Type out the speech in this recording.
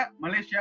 Malaysia